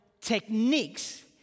techniques